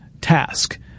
task